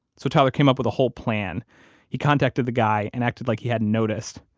so tyler came up with a whole plan he contacted the guy and acted like he hadn't noticed,